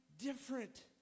Different